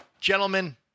gentlemen